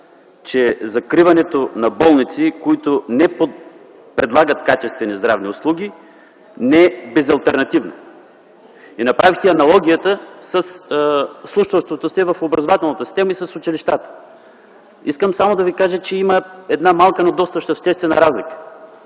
че закриването на болниците, които не предлагат качествени здравни услуги, не е безалтернативно. И направихте аналогията със случващото се в образователната система и с училищата. Искам да Ви кажа, че има една малка, но доста съществена разлика.